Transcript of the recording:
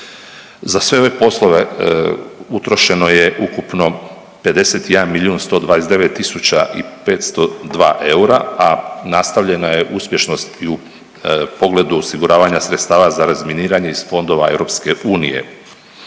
Za sve ove poslove utrošeno je ukupno 51 129 502 eura, a nastavljena je uspješnost i u pogledu osiguravanja sredstava za razminiranje iz fondova EU koji čine